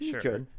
sure